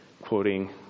quoting